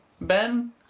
Ben